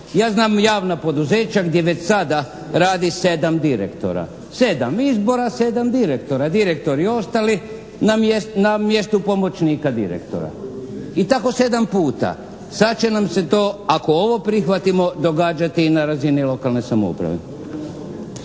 Ja znam javna poduzeća gdje već sada radi sedam direktora. Sedam izbora, sedam direktora. Direktori ostali na mjestu pomoćnika direktora. I tako sedam puta. Sad će nam se to ako ovo prihvatimo događati i na razini lokalne samouprave.